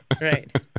Right